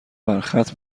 برخط